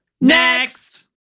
Next